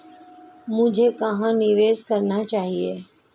मुझे कहां निवेश करना चाहिए?